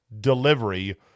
delivery